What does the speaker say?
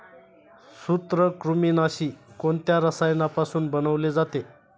सूत्रकृमिनाशी कोणत्या रसायनापासून बनवले जाते?